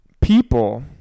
people